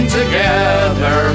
together